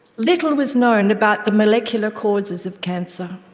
little was known about the molecular causes of cancer.